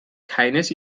keines